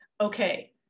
okay